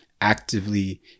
actively